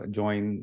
join